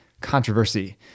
controversy